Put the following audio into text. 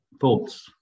thoughts